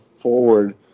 forward